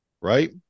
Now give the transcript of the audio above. right